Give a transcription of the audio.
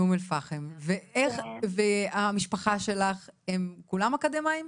מאום אל פאחם ואיך, המשפחה שלך הם כולם אקדמאיים?